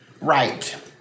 Right